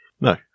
No